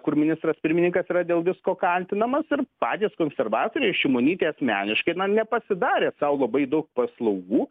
kur ministras pirmininkas yra dėl visko kaltinamas ir patys konservatoriai šimonytė asmeniškai na nepasidarė sau labai daug paslaugų